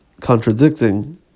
contradicting